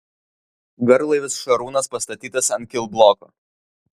garlaivis šarūnas pastatytas ant kilbloko